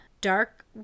dark